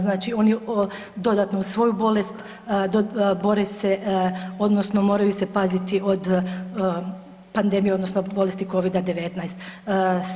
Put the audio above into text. Znači, oni dodatno uz svoju bolest bore se odnosno moraju se paziti od pandemije odnosno bolesti COVID-19.